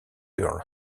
girl